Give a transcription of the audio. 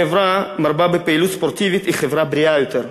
חברה המרבה בפעילות ספורטיבית היא חברה בריאה יותר,